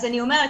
אז אני אומרת,